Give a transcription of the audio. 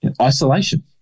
isolation